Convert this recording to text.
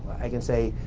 i can say,